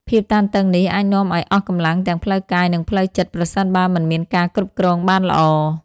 ភាពតានតឹងនេះអាចនាំឱ្យអស់កម្លាំងទាំងផ្លូវកាយ និងផ្លូវចិត្ត ប្រសិនបើមិនមានការគ្រប់គ្រងបានល្អ។